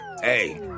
Hey